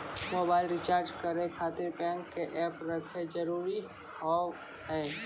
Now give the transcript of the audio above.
Mobile recharge करे खातिर bank के ऐप रखे जरूरी हाव है?